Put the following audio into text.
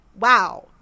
wow